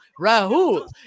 Rahul